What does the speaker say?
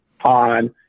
on